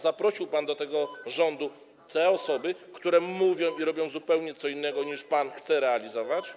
Zaprosił pan do tego rządu te osoby, które mówią i robią zupełnie co innego, niż pan chce realizować.